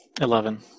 Eleven